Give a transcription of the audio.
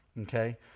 okay